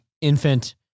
infant